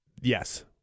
yes